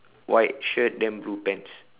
white shirt then blue pants